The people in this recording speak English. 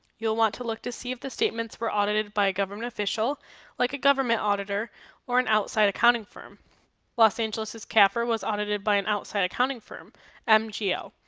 you'll want to look to see if the statements were audited by a government official like a government auditor or an outside accounting firm los angeles's cafr was audited by an outside accounting firm mgo.